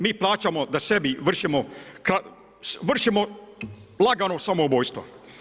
Mi plaćamo da sebi vršimo lagano samoubojstvo.